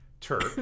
Turk